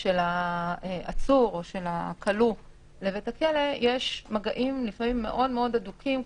של העצור או של הכלוא לבית הכלא יש מגעים לפעמים מאוד מאוד הדוקים,